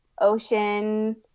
Ocean